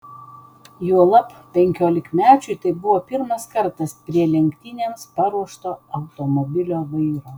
juolab penkiolikmečiui tai buvo pirmas kartas prie lenktynėms paruošto automobilio vairo